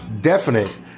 definite